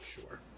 sure